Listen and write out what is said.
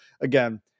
again